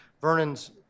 Vernon's